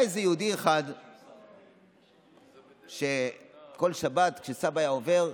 היה איזה יהודי אחד שכל שבת, כשסבא היה עובר,